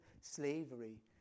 slavery